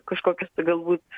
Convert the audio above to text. kažkokios tai galbūt